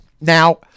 now